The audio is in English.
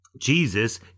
Jesus